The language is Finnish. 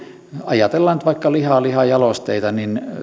ajatellaan nyt vaikka lihaa lihajalosteita